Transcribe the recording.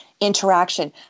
interaction